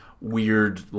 weird